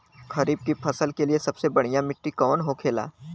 खरीफ की फसल के लिए सबसे बढ़ियां मिट्टी कवन होखेला?